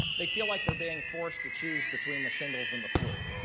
they feel like they're being forced to choose between the shingles and the flue.